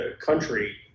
country